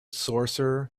sorcerer